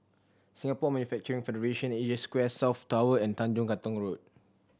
Singapore Manufacturing Federation Asia Square South Tower and Tanjong Katong Road